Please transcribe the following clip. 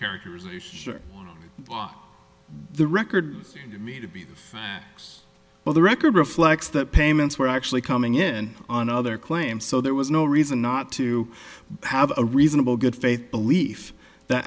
characters a hearing on the record to me to be the next well the record reflects that payments were actually coming in on another claim so there was no reason not to have a reasonable good faith belief that